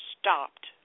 stopped